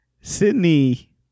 Sydney